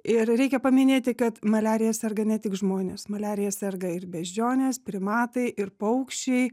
ir reikia paminėti kad maliarija serga ne tik žmonės maliarija serga ir beždžionės primatai ir paukščiai